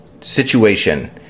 situation